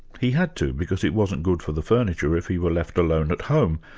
he had to, because it wasn't good for the furniture if he were left alone at home.